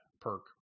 perk